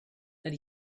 that